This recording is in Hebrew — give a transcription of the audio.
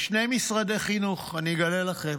יש שני משרדי חינוך, אני אגלה לכם,